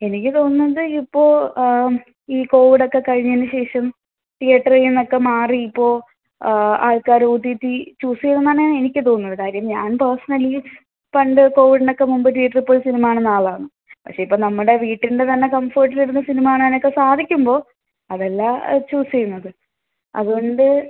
എനിക്ക് തോന്നുന്നത് ഇപ്പോൾ ഈ കോവിഡൊക്കെ കഴിഞ്ഞതിന് ശേഷം തീയേറ്ററിൽ നിന്നൊക്കെ മാറി ഇപ്പോൾ ആൾക്കാർ ഒ ടി ടി ചൂസ് ചെയ്തുയെന്നാണ് എനിക്ക് തോന്നുന്നത് കാര്യം ഞാൻ പേർസണലി പണ്ട് കോവിഡിനൊക്കെ മുമ്പ് തീയേറ്ററ് പോയി സിനിമ കാണുന്ന ആളാണ് പക്ഷേ ഇപ്പോൾ നമ്മുടെ വീട്ടിൻ്റെ തന്നെ കംഫർട്ടിലിരുന്ന് സിനിമ കാണാനൊക്കെ സാധിക്കുമ്പോൾ അതല്ല ചൂസ് ചെയ്യുന്നത് അതുകൊണ്ട്